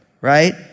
right